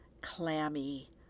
clammy